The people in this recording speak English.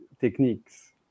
techniques